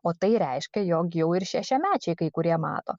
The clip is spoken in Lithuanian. o tai reiškia jog jau ir šešiamečiai kai kurie mato